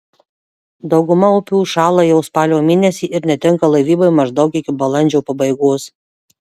dauguma upių užšąla jau spalio mėnesį ir netinka laivybai maždaug iki balandžio pabaigos